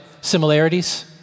similarities